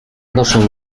proszę